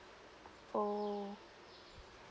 oh